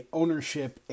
ownership